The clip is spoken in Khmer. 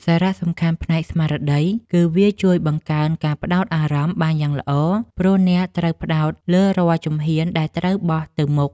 សារៈសំខាន់ផ្នែកស្មារតី គឺវាជួយបង្កើនការផ្ដោតអារម្មណ៍បានយ៉ាងល្អ ព្រោះអ្នកត្រូវផ្ដោតលើរាល់ជំហានដែលត្រូវបោះទៅមុខ។